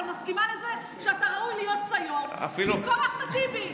אבל מסכימה עם זה שאתה ראוי להיות סיו"ר במקום אחמד טיבי.